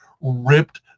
ripped